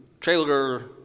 trailer